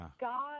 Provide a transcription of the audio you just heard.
God